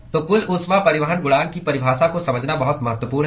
तो कुल ऊष्मा परिवहन गुणांक की परिभाषा को समझना बहुत महत्वपूर्ण है